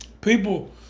People